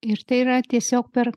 ir tai yra tiesiog per